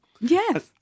Yes